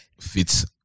fits